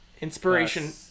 Inspiration